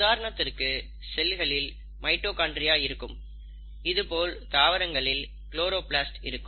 உதாரணத்திற்கு செல்களில் மைட்டோகாண்ட்ரியா இருக்கும் இதேபோல் தாவரங்களில் குளோரோபிளாஸ்ட் இருக்கும்